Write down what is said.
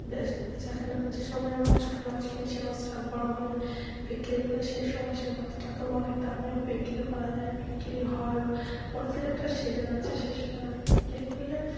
বেশ বেচাকেনা যে সময় আমরা ছোটো মাছ কিনি সেই মাছটা বড়ো হলে বিক্রি করলে সেই সময় সেই মাছটা তো অনেক দামেও বিক্রি করা যায় বিক্রি হয়ও মাছের একটা সিজন আছে সেই সময় আমরা বিক্রি করলে